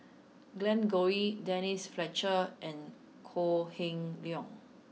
Glen Goei Denise Fletcher and Kok Heng Leun